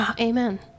amen